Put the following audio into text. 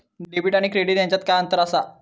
Debit आणि credit ह्याच्यात काय अंतर असा?